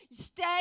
Stay